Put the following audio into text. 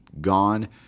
gone